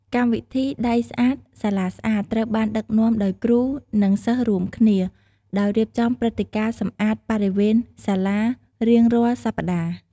កម្មវិធី “ដៃស្អាត សាលាស្អាត” ត្រូវបានដឹកនាំដោយគ្រូ និងសិស្សរួមគ្នា ដោយរៀបចំព្រឹត្តិការណ៍សម្អាតបរិវេណសាលារៀងរាល់សប្តាហ៍។